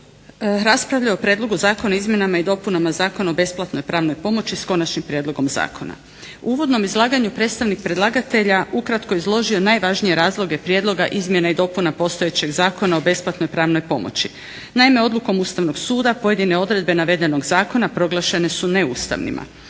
uvodnom izlaganju predstavnik predlagatelja ukratko je izložio najvažnije razloge prijedloga izmjena i dopuna postojećeg Zakona o besplatnoj pravnoj pomoći. Naime, odlukom Ustavnog suda pojedine odredbe navedenog zakona proglašene su neustavnima.